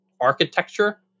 architecture